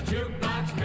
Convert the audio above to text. Jukebox